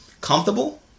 comfortable